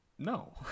No